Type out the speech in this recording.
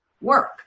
work